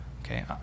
okay